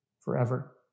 forever